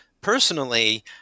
personally